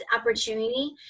opportunity